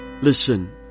listen